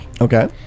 Okay